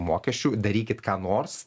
mokesčių darykit ką nors